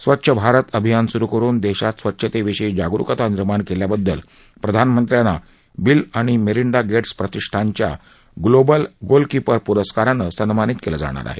स्वच्छ भारत अभियान स्रु करुन देशात स्वच्छतेविषयी जागरुकता निर्माण केल्याबद्दल प्रधानमंत्र्यांना बिल आणि मेरिंडा गेटस् प्रतिष्ठांच्या ग्लोबल गोलकीपर पुरस्कारानं सन्मानित केलं जाणार आहे